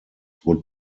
would